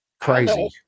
crazy